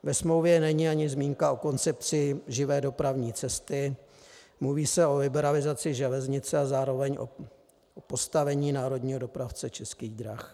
Ve smlouvě není ani zmínka o koncepci živé dopravní cesty, mluví se o liberalizaci železnice a zároveň o postavení národního dopravce Českých drah.